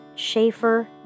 Schaefer